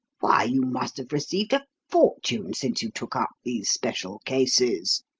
why, you must have received a fortune since you took up these special cases.